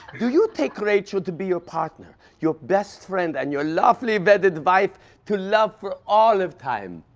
do you take rachel to be your partner, your best friend and your lovely, wedded wife to love for all of time?